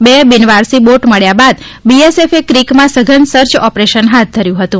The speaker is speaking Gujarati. બે બીનવારસી બોટ મબ્યાં બાદ બીએસએફએ ક્રીકમાં સઘન સર્ય ઓપરેશન હાથ ધર્યું હતું